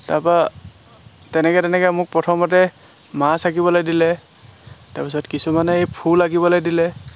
তাৰপৰা তেনেকৈ তেনেকৈ মোক প্ৰথমতে মাছ আঁকিবলৈ দিলে তাৰপিছত কিছুমানে এই ফুল আঁকিবলৈ দিলে